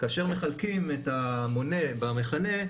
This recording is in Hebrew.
כאשר מחלקים את המונה במכנה,